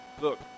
look